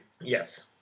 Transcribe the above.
yes